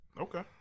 Okay